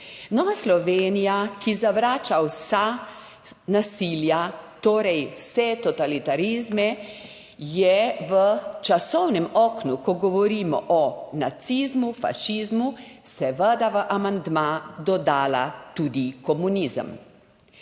Nova Slovenija, ki zavrača vsa nasilja, torej vse totalitarizme, je v časovnem oknu, ko govorimo o nacizmu, fašizmu, seveda v amandma dodala tudi komunizem.